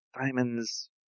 Diamonds